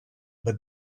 but